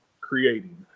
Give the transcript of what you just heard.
creating